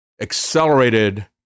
accelerated